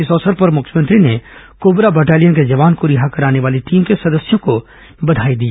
इस अवसर पर मुख्यमंत्री ने कोबरा बटालियन के जवान को रिहा कराने वाली टीम के सदस्यों को बधाई दी